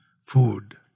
food